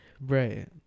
Right